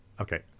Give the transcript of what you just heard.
Okay